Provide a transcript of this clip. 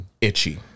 itchy